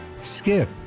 Skip